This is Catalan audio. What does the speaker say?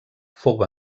fou